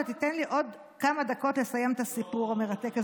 אתה תיתן לי עוד כמה דקות כדי לסיים את הסיפור המרתק הזה.